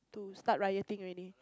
to start rioting already